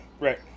Right